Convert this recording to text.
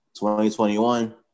2021